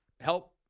help